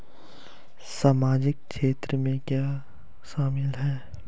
सामाजिक क्षेत्र में क्या शामिल है?